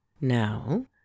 Now